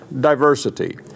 Diversity